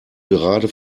gerade